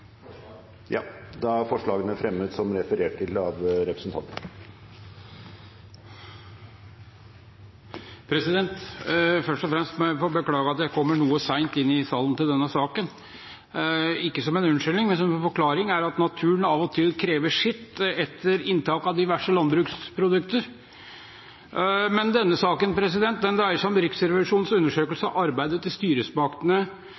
til. Først og fremst må jeg få beklage at jeg kommer noe sent inn i salen til denne saken. Ikke som en unnskyldning, men forklaringen er at naturen av og til krever sitt etter inntak av diverse landbruksprodukter. Denne saken dreier seg om Riksrevisjonens